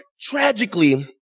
tragically